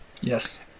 Yes